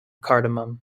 cardamom